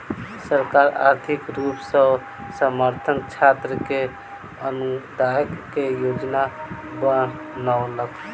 सरकार आर्थिक रूप सॅ असमर्थ छात्र के अनुदान के योजना बनौलक